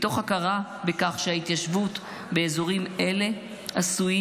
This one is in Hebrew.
מתוך הכרה בכך שההתיישבות באזורים אלה עשויה